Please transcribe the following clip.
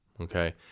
Okay